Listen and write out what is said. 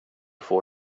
får